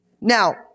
Now